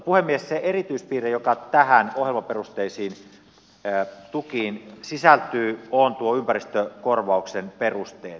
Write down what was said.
se erityispiirre joka näihin ohjelmaperusteisiin tukiin sisältyy on nuo ympäristökorvauksen perusteet